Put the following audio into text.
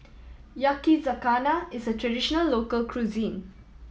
yakizakana is a traditional local cuisine